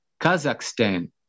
Kazakhstan